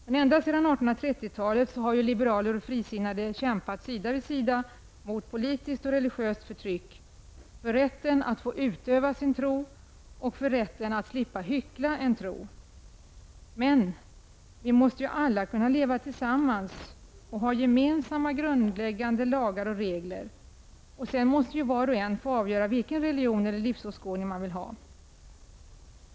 Ända sedan 1830-talet har liberaler och frisinnade kämpat sida vid sida mot politiskt och religiöst förtryck, för rätten att få utöva sin tro och för rätten att slippa hyckla en tro. Men vi måste alla kunna leva tillsammans och ha gemensamma grundläggande lagar och regler. Sedan måste var och en få avgöra vilken religion eller livsåskådning man vill ha.